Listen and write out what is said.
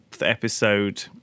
episode